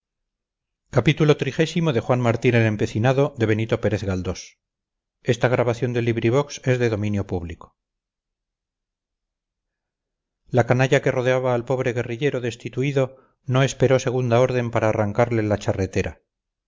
el cuerpo de un infame traidor la canalla que rodeaba al pobre guerrillero destituido no esperó segunda orden para arrancarle la charretera